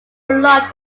belonged